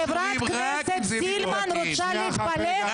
אם חברת הכנסת סילמן רוצה להתפלג,